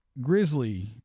Grizzly